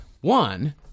One